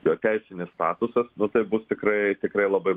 jo teisinis statusas nu tai bus tikrai tikrai labai